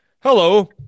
Hello